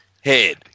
head